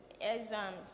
exams